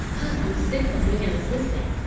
because i'm sick of being an assistant.